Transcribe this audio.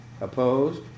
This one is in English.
opposed